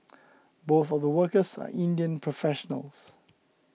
both of the workers are Indian professionals